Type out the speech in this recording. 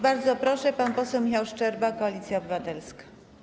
Bardzo proszę, pan poseł Michał Szczerba, Koalicja Obywatelska.